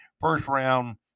first-round